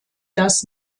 das